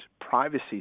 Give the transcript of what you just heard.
privacy